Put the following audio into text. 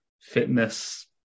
fitness